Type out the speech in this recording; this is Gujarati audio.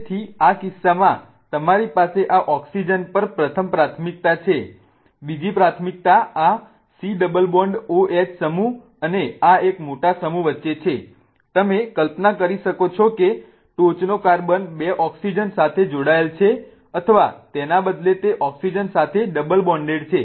તેથી આ કિસ્સામાં તમારી પાસે આ ઓક્સિજન પર પ્રથમ પ્રાથમિકતા છે બીજી પ્રાથમિકતા આ COH સમુહ અને આ એક મોટા સમુહ વચ્ચે છે તમે કલ્પના કરી શકો છો કે ટોચનો કાર્બન 2 ઓક્સિજન સાથે જોડાયેલ છે અથવા તેના બદલે તે ઓક્સિજન સાથે ડબલ બોન્ડેડ છે